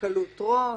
בקלות ראש,